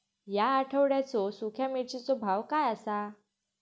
या आठवड्याचो सुख्या मिर्चीचो भाव काय आसा?